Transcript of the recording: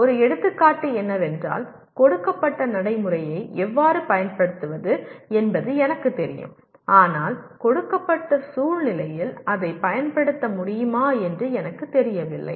ஒரு எடுத்துக்காட்டு என்னவென்றால் கொடுக்கப்பட்ட நடைமுறையை எவ்வாறு பயன்படுத்துவது என்பது எனக்குத் தெரியும் ஆனால் கொடுக்கப்பட்ட சூழ்நிலையில் அதைப் பயன்படுத்த முடியுமா என்று எனக்குத் தெரியவில்லை